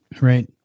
Right